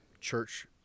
church